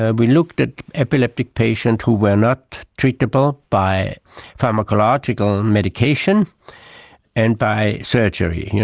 ah we looked at epileptic patients who were not treatable by pharmacological medication and by surgery.